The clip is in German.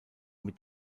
mit